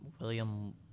William –